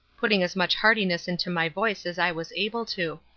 putting as much heartiness into my voice as i was able to.